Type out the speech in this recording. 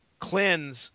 cleanse